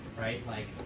right? like